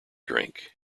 drink